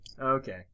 Okay